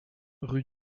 rue